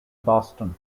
boston